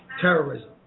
Terrorism